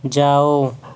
جاؤ